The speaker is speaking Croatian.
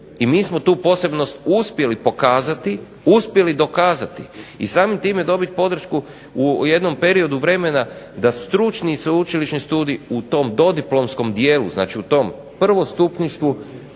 i mi smo tu posebnost uspjeli pokazati, uspjeli dokazati i samim time dobiti podršku u jednom periodu vremena da stručni i sveučilišni studij u tom dodiplomskom dijelu, znači u tom prvostupništvu